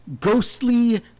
ghostly